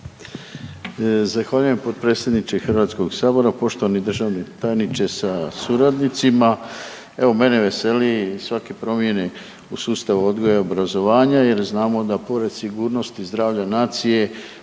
Zahvaljujem potpredsjedniče HS, poštovani državni tajniče sa suradnicima. Evo mene veseli svake promjene u sustavu odgoja i obrazovanja jer znamo da pored sigurnosti i zdravlja nacije